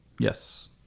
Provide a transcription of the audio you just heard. yes